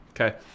Okay